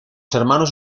hermanos